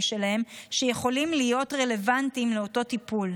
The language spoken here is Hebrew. שלהם שיכולים להיות רלוונטיים לאותו טיפול.